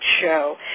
show